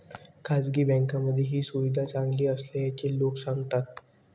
खासगी बँकांमध्ये ही सुविधा चांगली असल्याचे लोक सांगतात